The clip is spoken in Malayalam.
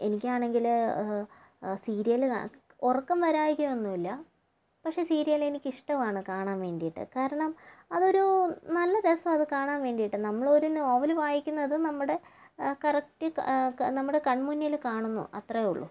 എനിക്കാണെങ്കില് സീരിയല് ഉറക്കം വരായ്കയൊന്നുമില്ല പക്ഷേ സീരിയല് എനിക്കിഷ്ടവുമാണ് കാണാന് വേണ്ടിയിട്ട് കാരണം അതൊരു നല്ല രസമാണ് അത് കാണാന് വേണ്ടിയിട്ട് നമ്മള് ഒരു നോവല് വായിക്കുന്നത് നമ്മുടെ കറക്ട് നമ്മുടെ കൺമുന്നില് കാണുന്നു അത്രയേ ഉള്ളൂ